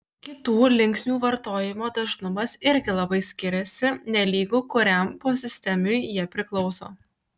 kitų linksnių vartojimo dažnumas irgi labai skiriasi nelygu kuriam posistemiui jie priklauso